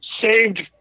saved